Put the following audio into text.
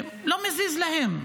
לא מזיז להם.